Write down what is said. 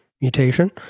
mutation